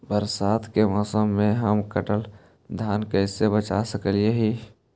बरसात के मौसम में हम कटल धान कैसे बचा सक हिय?